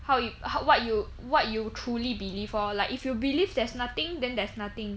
how you how what you what you truly believe lor like if you believe there's nothing then there's nothing